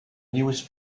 newest